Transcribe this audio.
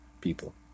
people